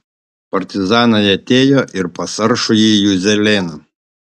partizanai atėjo ir pas aršųjį juzelėną